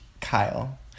Kyle